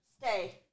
Stay